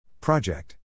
Project